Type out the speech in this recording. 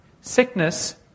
Sickness